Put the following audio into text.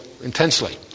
intensely